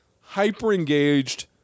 hyper-engaged